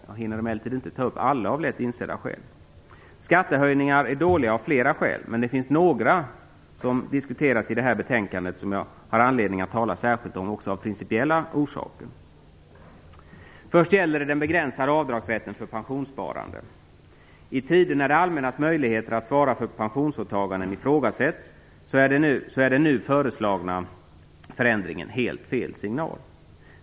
Jag hinner emellertid inte ta upp alla av lätt insedda skäl. Skattehöjningar är dåliga av flera skäl, men det finns några som diskuteras i det här betänkandet som jag har anledning att särskilt tala om, också av principiella orsaker. Först gäller det den begränsade avdragsrätten för pensionssparande. I tider när det allmännas möjligheter att svara för pensionsåtaganden ifrågasätts, är den nu föreslagna förändringen helt fel signal.